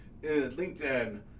LinkedIn